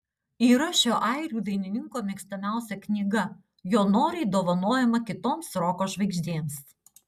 yra šio airių dainininko mėgstamiausia knyga jo noriai dovanojama kitoms roko žvaigždėms